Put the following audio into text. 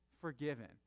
forgiven